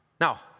Now